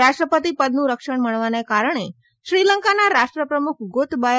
રાષ્ટ્રપતિ પદનું રક્ષણ મળવાના કારણે શ્રીલંકાના રાષ્ટ્રપ્રમુખ ગોતબાયા